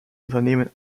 unternehmen